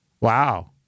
Wow